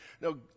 no